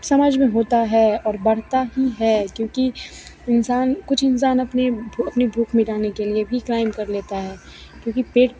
समाज में होता है और बढ़ता ही है क्योंकि इंसान कुछ इंसान अपने भू अपने भूख मिटाने के लिए भी क्राइम कर लेता है क्योंकि पेट